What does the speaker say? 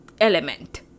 element